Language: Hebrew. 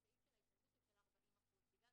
הסעיף של ההתנגדות הוא של 40%. בגלל